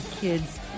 kids